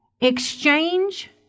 Exchange